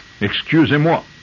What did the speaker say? Excusez-moi